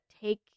take